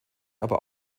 aber